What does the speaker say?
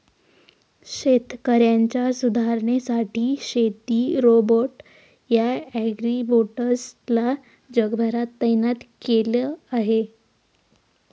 शेतकऱ्यांच्या सुधारणेसाठी शेती रोबोट या ॲग्रीबोट्स ला जगभरात तैनात केल आहे